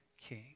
king